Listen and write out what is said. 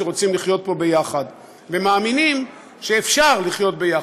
שרוצים לחיות פה יחד ומאמינים שאפשר לחיות יחד.